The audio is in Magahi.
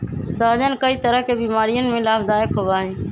सहजन कई तरह के बीमारियन में लाभदायक होबा हई